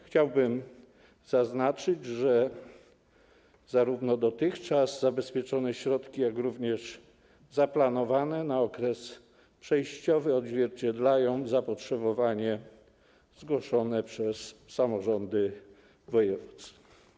Chciałbym zaznaczyć, że zarówno dotychczas zabezpieczone środki, jak i zaplanowane na okres przejściowy odzwierciedlają zapotrzebowanie zgłoszone przez samorządy województw.